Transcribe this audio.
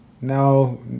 Now